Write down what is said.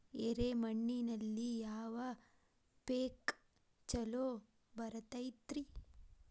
ಎರೆ ಮಣ್ಣಿನಲ್ಲಿ ಯಾವ ಪೇಕ್ ಛಲೋ ಬರತೈತ್ರಿ?